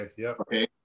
Okay